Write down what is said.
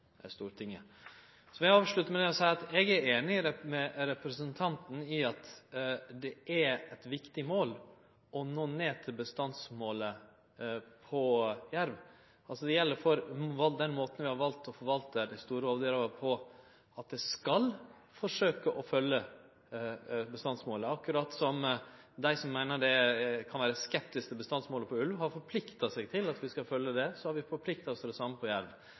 Stortinget. Så vil eg avslutte med å seie at eg er einig med representanten i at det er eit viktig mål å nå ned til bestandsmålet for jerv. Når det gjeld den måten vi har valt å forvalte dei store rovdyra våre på, skal ein forsøke å følgje bestandsmålet. Akkurat slik dei som meiner ein kan vere skeptisk til bestandsmålet for ulv, har forplikta seg til at vi skal følgje det, har vi forplikta oss til det same for jerv. Det er derfor eg brukte ganske mykje tid på